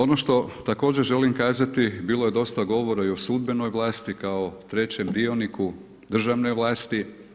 Ono što također želim kazati, bilo je dosta govora i o sudbenoj vlasti kao trećem dioniku državne vlasti.